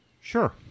Sure